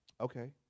okay